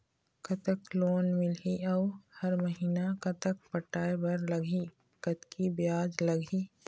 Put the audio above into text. कतक लोन मिलही अऊ हर महीना कतक पटाए बर लगही, कतकी ब्याज लगही?